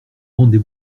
rendez